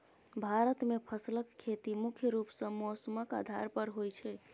भारत मे फसलक खेती मुख्य रूप सँ मौसमक आधार पर होइ छै